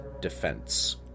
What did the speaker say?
defense